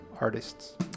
artists